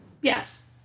Yes